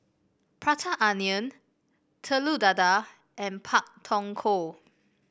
Prata Onion Telur Dadah and Pak Thong Ko